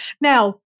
Now